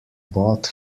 bought